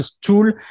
tool